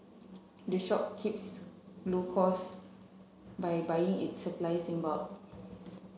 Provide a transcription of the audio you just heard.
the shop keeps low cost by buying its supply in bulk